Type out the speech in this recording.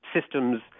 systems